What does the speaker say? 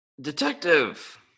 Detective